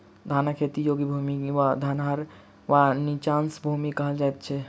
धानक खेती योग्य भूमि क धनहर वा नीचाँस भूमि कहल जाइत अछि